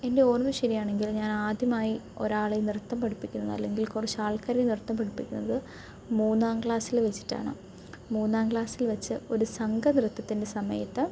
എൻ്റെ ഓർമ്മ ശരിയാണെങ്കിൽ ഞാനാദ്യമായി ഒരാളെ നൃത്തം പഠിപ്പിക്കുന്നത് അല്ലെങ്കിൽ കുറച്ചാൾക്കാരെ നൃത്തം പഠിപ്പിക്കുന്നത് മൂന്നാം ക്ലാസ്സിൽ വെച്ചിട്ടാണ് മൂന്നാം ക്ലാസ്സിൽ വെച്ച് ഒരു സംഘ നൃത്തത്തിൻ്റെ സമയത്ത്